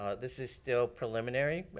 um this is still preliminary.